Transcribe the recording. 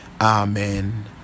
Amen